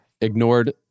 ignored